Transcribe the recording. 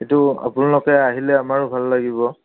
সেইটো আপোনালোকে আহিলে আমাৰো ভাল লাগিব